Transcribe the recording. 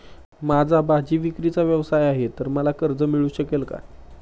माझा भाजीविक्रीचा व्यवसाय आहे तर मला कर्ज मिळू शकेल का?